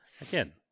Again